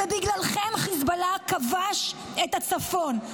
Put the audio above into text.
ובגללכם חיזבאללה כבש את הצפון.